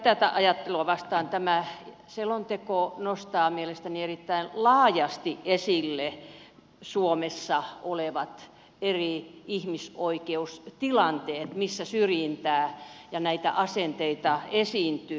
tätä ajattelua vasten tämä selonteko nostaa mielestäni erittäin laajasti esille suomessa olevat eri ihmisoikeustilanteet missä syrjintää ja näitä asenteita esiintyy